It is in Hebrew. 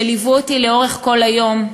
שליוו אותי לאורך כל היום,